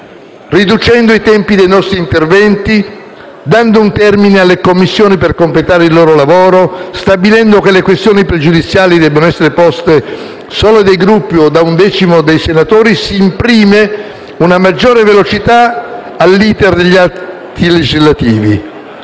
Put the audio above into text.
Riducendo i tempi dei nostri interventi, dando un termine alle Commissioni per completare il loro lavoro, stabilendo che le questioni pregiudiziali debbano essere poste solo dai Gruppi o da un decimo dei senatori si imprime una maggiore velocità all'*iter* degli atti legislativi.